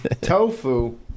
Tofu